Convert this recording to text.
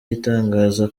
itangaza